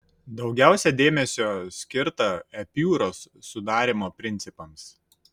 daugiausia dėmesio skirta epiūros sudarymo principams